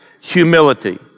humility